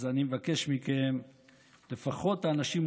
אז אני מבקש מכם שלפחות את האנשים עם